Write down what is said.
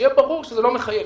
שיהיה ברור שזה לא מחייב.